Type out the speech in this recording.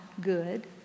good